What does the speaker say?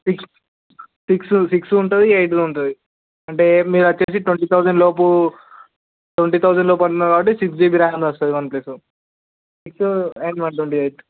six సిక్స్లో ఉంటుంది ఎయిట్లో ఉంటుంది అంటే మీరు వచ్చి ట్వంటీ థౌసండ్ లోపు ట్వంటీ థౌసండ్ లోపు అంటున్నారు కాబట్టి సిక్స్ జీబీ ర్యామ్ వస్తుంది వన్ప్లస్లో six and one twenty eight